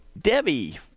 Debbie